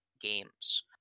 games